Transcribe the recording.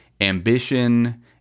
ambition